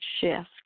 shift